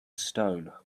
stone